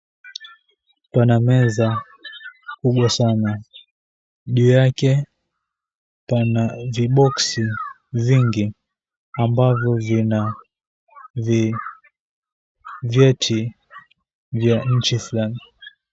Pana meza kubwa sana, juu yake pana viboksi vingi ambavyo vina vyeti vya nchi fulani.